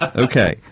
Okay